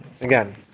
again